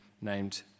named